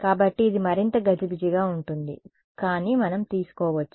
కాబట్టి ఇది మరింత గజిబిజిగా ఉంటుంది కానీ మనం తీసుకోవచ్చు